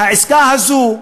והעסקה הזו,